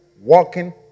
walking